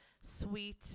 sweet